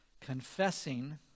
Confessing